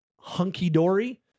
hunky-dory